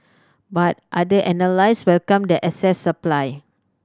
but other analysts welcomed the excess supply